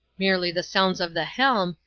merely the sounds of the helm,